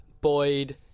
Boyd